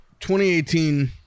2018